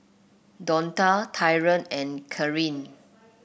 Donta Tyron and Kathryne